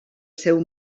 seu